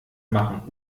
machen